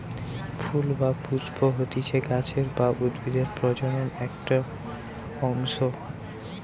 ফুল বা পুস্প হতিছে গাছের বা উদ্ভিদের প্রজনন একটো অংশ